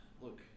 Look